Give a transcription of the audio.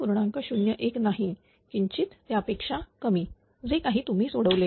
01 नाही किंचित त्यापेक्षा कमी जे काही तुम्ही सोडवले